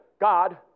God